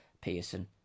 Pearson